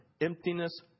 emptiness